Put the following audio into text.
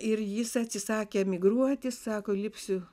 ir jis atsisakė emigruoti sako lipsiu